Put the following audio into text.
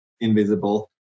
invisible